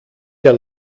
der